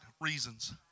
reasons